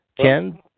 Ken